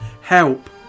Help